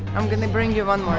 i'm going to bring you one